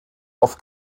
auf